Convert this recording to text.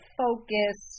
focus